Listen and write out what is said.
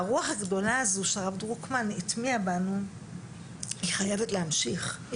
הרוח הגדולה הזו שהרב דרוקמן הטמיע בנו היא חייבת להמשיך,